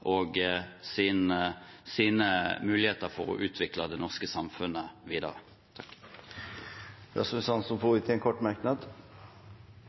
for sin velferd og sine muligheter til å utvikle det norske samfunnet videre. Representanten Rasmus Hansson har hatt ordet to ganger tidligere og får ordet til en kort merknad,